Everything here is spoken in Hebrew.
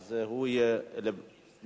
אז הוא יהיה מבורך.